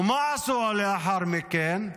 ומה עשו לאחר מכן?